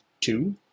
two